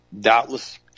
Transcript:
doubtless